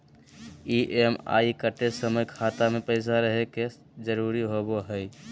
EMI कटे समय खाता मे पैसा रहे के जरूरी होवो हई